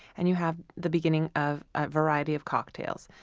and you have the beginning of a variety of cocktails.